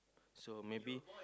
so maybe